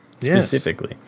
specifically